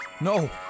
No